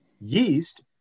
yeast